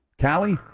Callie